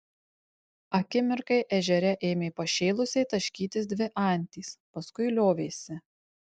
akimirkai ežere ėmė pašėlusiai taškytis dvi antys paskui liovėsi